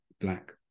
black